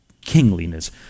kingliness